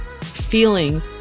feeling